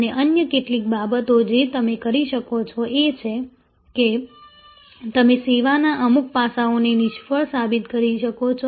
અને અન્ય કેટલીક બાબતો જે તમે કરી શકો તે એ છે કે તમે સેવાના અમુક પાસાઓને નિષ્ફળ સાબિત કરી શકો છો